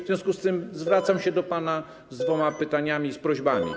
W związku z tym zwracam się do pana z dwoma pytaniami i prośbami.